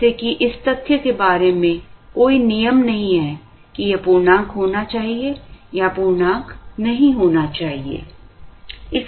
जैसे कि इस तथ्य के बारे में कोई नियम नहीं है कि यह पूर्णांक होना चाहिए या पूर्णांक नहीं होना चाहिए